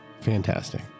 Fantastic